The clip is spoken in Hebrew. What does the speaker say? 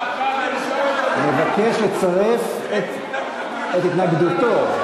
אני מבקש לצרף את התנגדותי.